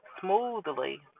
smoothly